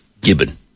Gibbon